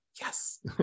yes